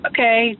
Okay